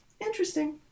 interesting